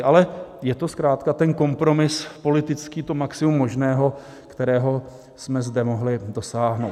Ale je to zkrátka kompromis politický, maximum možného, kterého jsme zde mohli dosáhnout.